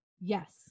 Yes